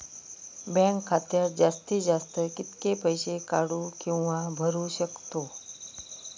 Bank खात्यात जास्तीत जास्त कितके पैसे काढू किव्हा भरू शकतो?